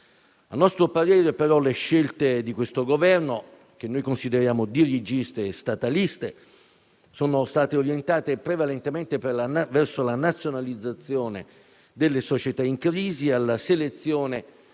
A nostro parere, però, le scelte di questo Governo, che noi consideriamo dirigiste e stataliste, sono state orientate prevalentemente verso la nazionalizzazione delle società in crisi e la selezione